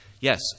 Yes